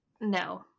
no